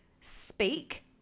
Speak